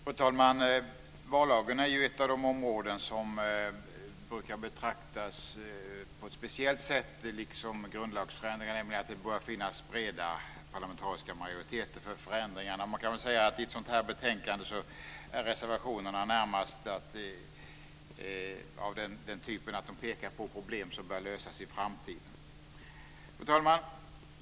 Fru talman! Vallagen är ett av de områden som brukar betraktas på ett speciellt sätt, liksom grundlagsförändringar, i och med att det bör finnas breda parlamentariska majoriteter för förändringar. I ett sådant här betänkande är reservationerna närmast av den typen att de pekar på problem som bör lösas i framtiden. Fru talman!